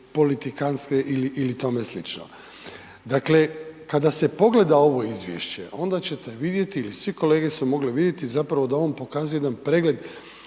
politikantske ili tome slično. Dakle, kada se pogleda ovo Izvješće, onda će te vidjeti, ili svi kolege su mogli vidjeti zapravo da on pokazuje jedan pregled